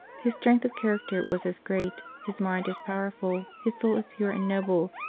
his strength of character was as great, his mind as powerful, his soul as pure and noble,